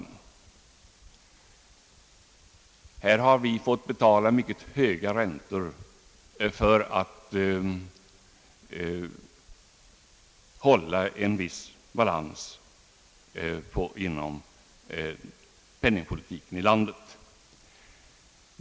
Vi har fått betala mycket höga räntor för att hålla en viss balans på penningpolitikens område i landet.